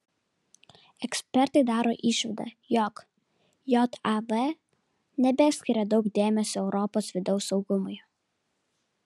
ekspertai daro išvadą jog jav nebeskiria daug dėmesio europos vidaus saugumui